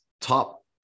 top